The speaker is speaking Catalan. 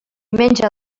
menja